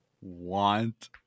want